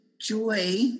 joy